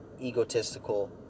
egotistical